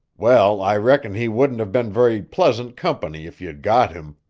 well, i reckon he wouldn't have been very pleasant company if you'd got him,